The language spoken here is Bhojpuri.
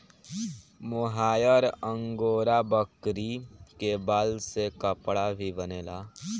मोहायर अंगोरा बकरी के बाल से कपड़ा भी बनेला